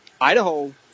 Idaho